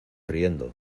riendo